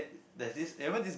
there's this eh remember this